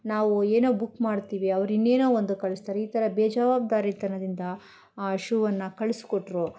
ನಾವು ಏನೋ ಬುಕ್ ಮಾಡ್ತೀವಿ ಅವ್ರು ಇನ್ನೇನೋ ಒಂದು ಕಳಿಸ್ತಾರೆ ಈ ಥರ ಬೇಜವಾಬ್ದಾರಿತನದಿಂದ ಆ ಶೂವನ್ನು ಕಳಿಸ್ಕೊಟ್ರು